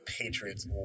Patriots